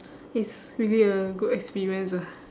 it's really a good experience ah